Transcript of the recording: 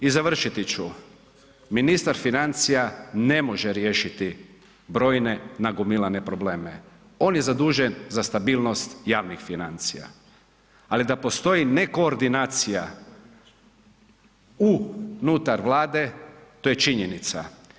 I završiti ću, ministar financija ne može riješiti brojne nagomilane probleme, on je zadužen za stabilnost javnih financija, ali da postoji nekoordinacija unutar Vlade to je činjenica.